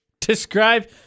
Describe